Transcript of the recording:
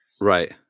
right